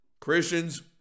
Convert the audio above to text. Christians